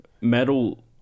metal